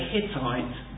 Hittite